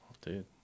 dude